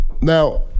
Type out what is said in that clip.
Now